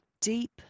deep